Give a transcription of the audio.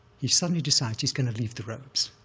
he suddenly decides he's gonna leave the robes.